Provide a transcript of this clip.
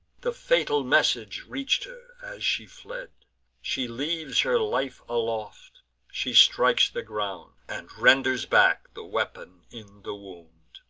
the fatal message reach'd her as she fled she leaves her life aloft she strikes the ground, and renders back the weapon in the wound.